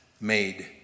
made